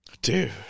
Dude